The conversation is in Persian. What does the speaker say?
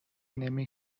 نمی